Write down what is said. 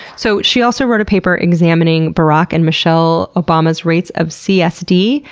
so she also wrote a paper examining barack and michelle obama's rates of csd.